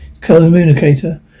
communicator